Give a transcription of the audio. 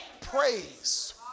praise